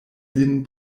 lin